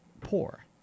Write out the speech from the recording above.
poor